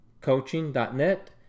coaching.net